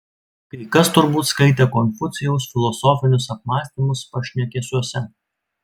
kai kas turbūt skaitė konfucijaus filosofinius apmąstymus pašnekesiuose